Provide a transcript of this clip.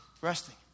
resting